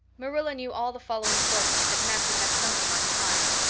marilla knew all the following fortnight that matthew had something on his mind,